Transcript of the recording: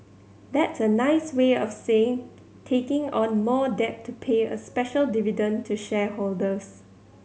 that's a nice way of saying taking on more debt to pay a special dividend to shareholders